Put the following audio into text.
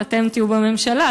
אתם תהיו בממשלה,